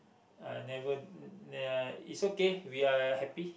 I never uh it's okay we are happy